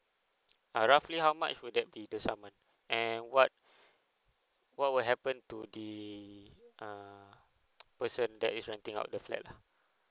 uh roughly how much would that be the summon and what what will happen to the uh person that is renting out the flat lah